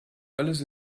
alles